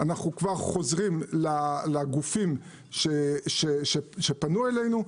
אנחנו כבר חוזרים לגופים שפנו אלינו,